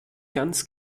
ganz